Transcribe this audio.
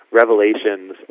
revelations